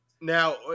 Now